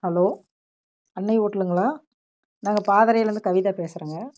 hello Annai ஹோட்டலுங்களா நாங்கள் பாதரையிலிருந்து கவிதா பேசுகிறோங்க